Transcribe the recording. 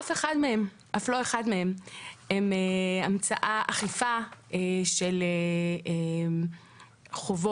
אף לא אחד מהם הוא אכיפה של חובות.